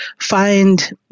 find